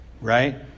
right